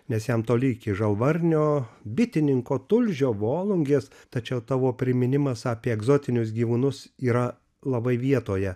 nes jam toli iki žalvarnio bitininko tulžio volungės tačiau tavo priminimas apie egzotinius gyvūnus yra labai vietoje